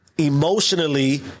Emotionally